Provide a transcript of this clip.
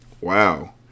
Wow